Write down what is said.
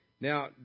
Now